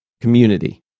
community